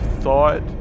thought